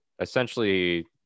essentially